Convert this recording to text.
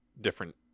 different